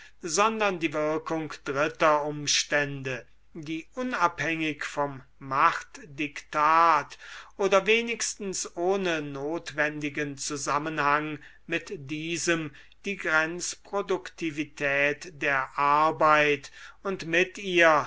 sondern die wirkung dritter umstände die unabhängig vom machtdiktat oder mindestens ohne notwendigen zusammenhang mit diesem die grenzproduktivität der arbeit und mit ihr